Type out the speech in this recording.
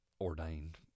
ordained